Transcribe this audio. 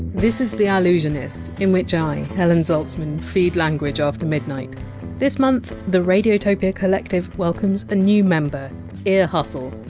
this is the ah allusionist, in which i, helen zaltzman, feed language after midnight this month, the radiotopia collective welcomes a new member ear hustle,